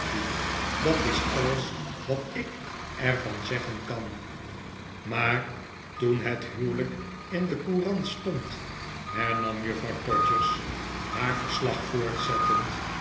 dat is alles wat ik er van zeggen kan maar toen het huwelijk in de courant stond hernam juffrouw todgers haar verslag voortzettend